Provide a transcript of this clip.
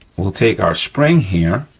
we'll take our spring here,